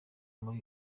muri